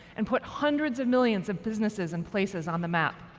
and put hundreds of millions of businesses and places on the map.